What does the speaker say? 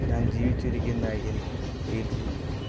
ഞാൻ ജീവിച്ചിരിക്കുന്നതായി എനിക്ക് ഫീൽ ചെയ്യുന്നുള്ളൂ